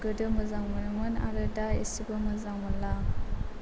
गोदो मोजां मोनोमोन आरो दा एसेबो मोजां मोनला आं